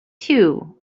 too